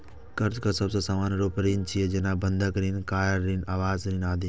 कर्ज के सबसं सामान्य रूप ऋण छियै, जेना बंधक ऋण, कार ऋण, आवास ऋण आदि